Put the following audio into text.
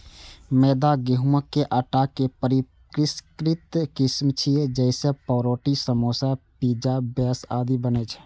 मैदा गहूंमक आटाक परिष्कृत किस्म छियै, जइसे पावरोटी, समोसा, पिज्जा बेस आदि बनै छै